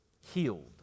healed